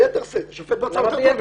ביתר שאת, השופט במצב יותר טוב ממני.